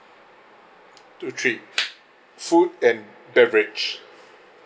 two three food and beverage